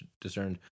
discerned